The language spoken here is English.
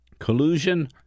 Collusion